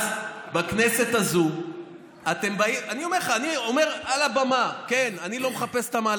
אני אענה לך,